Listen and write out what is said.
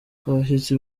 abashyitsi